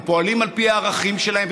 הם פועלים על פי הערכים שלהם,